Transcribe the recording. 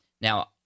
now